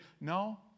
no